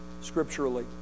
scripturally